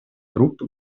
групп